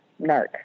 narc